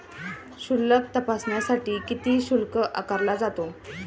शिल्लक तपासण्यासाठी किती शुल्क आकारला जातो?